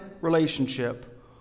relationship